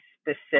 specific